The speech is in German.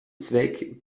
zweck